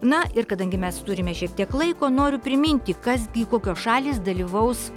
na ir kadangi mes turime šiek tiek laiko noriu priminti kas gi kokios šalys dalyvaus